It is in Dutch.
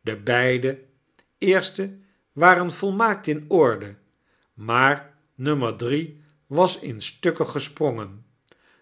de beide eerstenwaren volmaakt in orde maar nommer drie was in stukken gesprongen